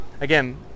Again